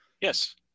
Yes